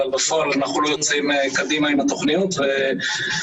אבל בפועל אנחנו לא יוצאים קדימה עם התוכניות וחבל.